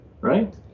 right